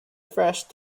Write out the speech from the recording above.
fast